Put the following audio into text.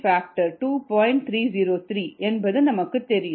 303 என்பது நமக்குத் தெரியும்